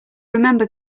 remember